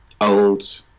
old